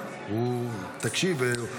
תקשיב,